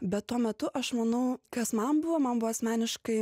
bet tuo metu aš manau kas man buvo man buvo asmeniškai